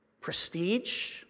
prestige